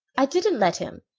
i didn't let him.